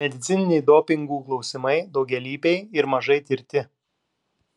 medicininiai dopingų klausimai daugialypiai ir mažai tirti